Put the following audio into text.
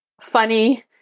funny